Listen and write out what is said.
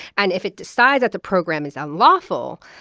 and if it decides that the program is unlawful,